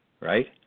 right